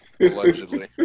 Allegedly